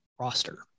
roster